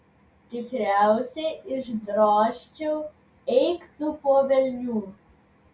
tikriausiai išdrožčiau eik tu po velnių